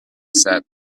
set